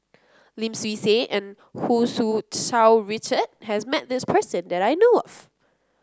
Lim Swee Say and Hu Tsu Tau Richard has met this person that I know of